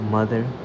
Mother